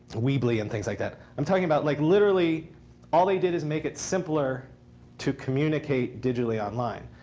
weebly and things like that. i'm talking about like literally all they did is make it simpler to communicate digitally online.